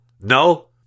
No